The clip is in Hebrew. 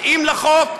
מתאים לחוק?